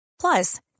Plus